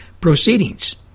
proceedings